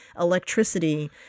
electricity